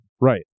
Right